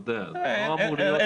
זה לא אמור להיות כל התסמינים.